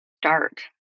start